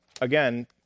again